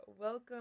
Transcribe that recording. welcome